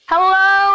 Hello